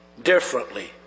differently